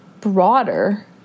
broader